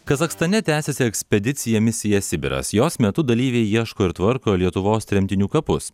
kazachstane tęsiasi ekspedicija misija sibiras jos metu dalyviai ieško ir tvarko lietuvos tremtinių kapus